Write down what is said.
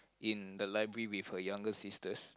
in the library with her younger sisters